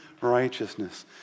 righteousness